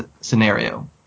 scenario